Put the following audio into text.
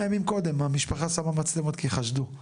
ימים קודם המשפחה שמה מצלמות כי הם חשדו.